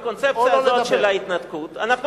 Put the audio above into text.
הקונספציה הזאת של ההתנתקות, שי, שי.